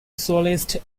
soloist